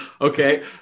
Okay